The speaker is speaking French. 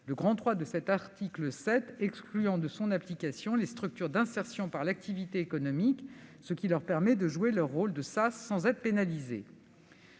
le III de l'article 7 excluant de son application les structures d'insertion par l'activité économique, ce qui leur permet de jouer leur rôle de sas sans être pénalisées.